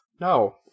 No